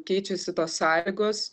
keičiasi tos sąlygos